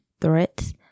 threats